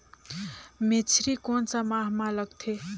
मेझरी कोन सा माह मां लगथे